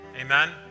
amen